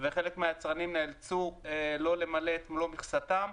וחלק מהיצרנים נאלצו לא למלא את מלוא מכסתם.